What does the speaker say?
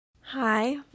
Hi